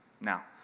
Now